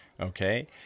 Okay